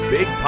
Big